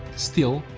still,